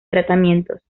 tratamientos